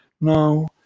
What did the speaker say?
Now